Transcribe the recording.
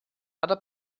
other